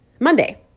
Monday